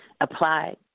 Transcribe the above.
Applied